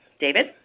David